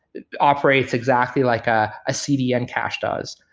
it operates exactly like a ah cdn cache does.